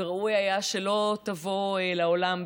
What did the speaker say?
וראוי היה שלא תבוא לעולם,